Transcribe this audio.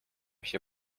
się